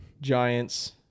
Giants